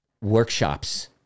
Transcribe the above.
workshops